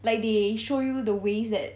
like they show you the ways that